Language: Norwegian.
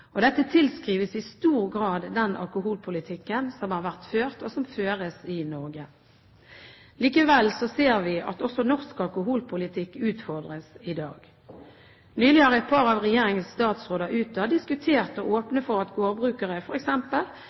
og dette tilskrives i stor grad den alkoholpolitikken som har vært ført og føres i Norge. Likevel ser vi at også norsk alkoholpolitikk utfordres i dag. Nylig har et par av regjeringens statsråder utad diskutert å åpne for at